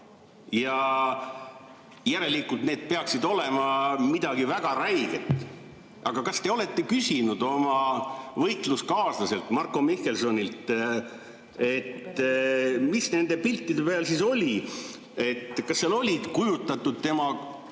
järelikult need peaksid olema midagi väga räiget. Aga kas te olete küsinud oma võitluskaaslaselt Marko Mihkelsonilt, mis nende piltide peal siis oli? Kas seal olid kujutatud tema